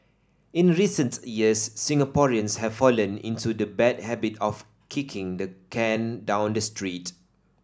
in recent years Singaporeans have fallen into the bad habit of kicking the can down the street